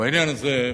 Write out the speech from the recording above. בעניין הזה,